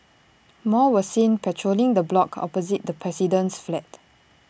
more were seen patrolling the block opposite the president's flat